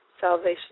salvation